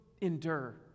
endure